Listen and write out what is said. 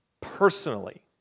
Personally